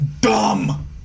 Dumb